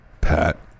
pat